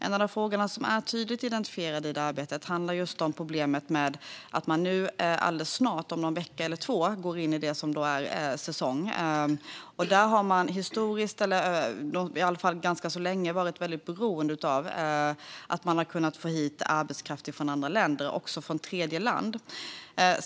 En av de frågor som är tydligt identifierade i det arbetet handlar just om problemet med att man om någon vecka eller två går in i det som är säsong. Där har man historiskt eller i alla fall ganska länge varit väldigt beroende av att man har kunnat få hit arbetskraft från andra länder, också från tredjeland.